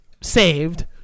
saved